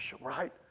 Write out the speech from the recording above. right